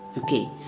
Okay